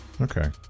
Okay